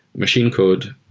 machine code,